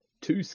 two